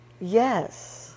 yes